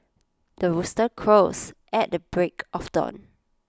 the rooster crows at the break of dawn